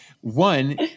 one